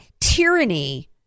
tyranny